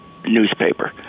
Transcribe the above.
Newspaper